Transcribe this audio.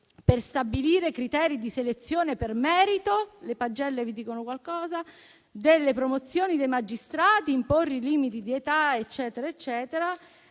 per stabilire criteri di selezione per merito (le pagelle vi dicono qualcosa?) e delle promozioni dei magistrati e per imporre i limiti d'età, eccetera eccetera.